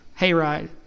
hayride